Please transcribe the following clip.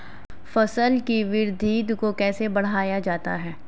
फसल की वृद्धि को कैसे बढ़ाया जाता हैं?